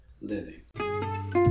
living